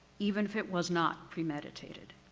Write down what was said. even if it was not premeditated.